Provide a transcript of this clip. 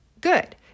good